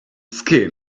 skin